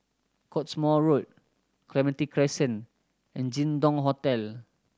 Cottesmore Road Clementi Crescent and Jin Dong Hotel